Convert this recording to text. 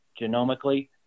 genomically